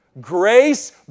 Grace